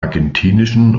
argentinischen